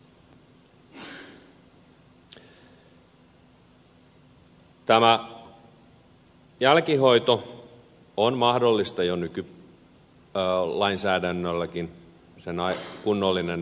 tämä jälkihoito on mahdollista jo nykylainsäädännölläkin sen kunnollinen hoitaminen